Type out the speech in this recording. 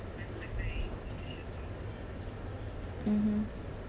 mmhmm